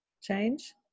change